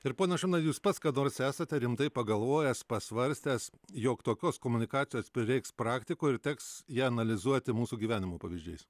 ir pone šuminai jūs pats kada nors esate rimtai pagalvojęs pasvarstęs jog tokios komunikacijos prireiks praktikoj ir teks ją analizuoti mūsų gyvenimo pavyzdžiais